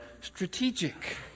strategic